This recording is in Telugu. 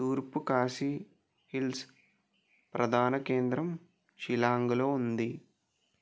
తూర్పు కాశీ హిల్స్ ప్రధాన కేంద్రం షిల్లాంగ్లో ఉంది